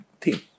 team